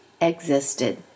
existed